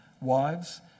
Wives